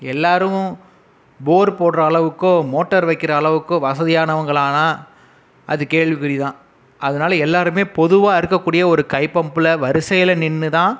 எல்லாரும் போர் போடுற அளவுக்கோ மோட்டார் வைக்கிர வசதியானவங்களான்னா அது கேள்வி குறி தான் அதனால் எல்லாருமே பொதுவாக இருக்க கூடிய ஒரு கை பம்பில் வரிசையில் நின்று தான்